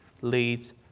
leads